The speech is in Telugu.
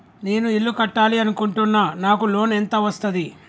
నేను ఇల్లు కట్టాలి అనుకుంటున్నా? నాకు లోన్ ఎంత వస్తది?